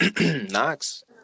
Knox